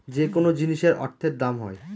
যেকোনো জিনিসের অর্থের দাম হয়